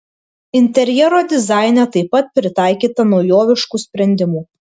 interjero dizaine taip pat pritaikyta naujoviškų sprendimų